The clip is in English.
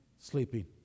sleeping